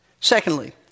Secondly